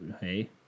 hey